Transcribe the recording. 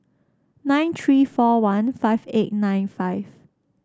nine three four one five eight nine five